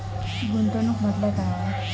गुंतवणूक म्हटल्या काय?